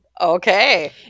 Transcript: okay